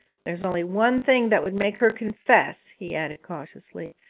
there's only one thing that would make her confess he added cautiously,